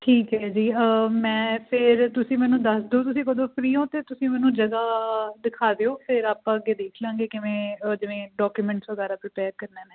ਠੀਕ ਹੈ ਜੀ ਮੈਂ ਫਿਰ ਤੁਸੀਂ ਮੈਨੂੰ ਦੱਸਦੋ ਤੁਸੀਂ ਕਦੋਂ ਫਰੀ ਹੋ ਅਤੇ ਤੁਸੀਂ ਮੈਨੂੰ ਜਗ੍ਹਾ ਦਿਖਾ ਦਿਓ ਫਿਰ ਆਪਾਂ ਅੱਗੇ ਦੇਖ ਲਾਂਗੇ ਕਿਵੇਂ ਜਿਵੇਂ ਡੋਕੂਮੈਂਟਸ ਵਗੈਰਾ ਪ੍ਰੀਪੇਅਰ ਕਰਨੇ ਨੇ